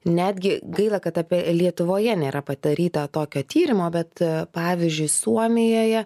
netgi gaila kad apie lietuvoje nėra padaryta tokio tyrimo bet pavyzdžiui suomijoje